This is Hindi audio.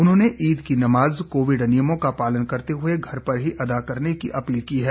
उन्होंने ईद की नमाज कोविड नियमों का पालन करते हुए घर पर ही अदा करने की अपील की है